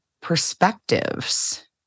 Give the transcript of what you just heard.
perspectives